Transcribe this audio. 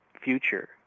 future